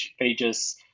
pages